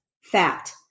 fat